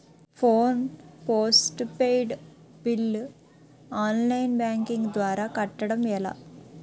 Phone postpaid bill online banking ద్వారా కట్టడం ఎలా?